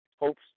Hope's